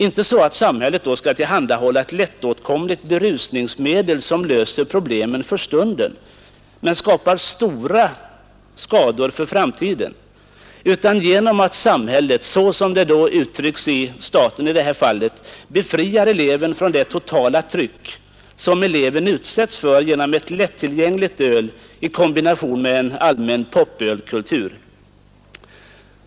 Inte så att samhället då skall tillhandahålla ett lättåtkomligt berusningsmedel, som löser problemen för stunden men skapar stora skador för framtiden, utan genom att samhället befriar eleven från det totala tryck som eleven utsätts för på grund av ett lättillgängligt öl i kombination med en allmän pop-ölkultur.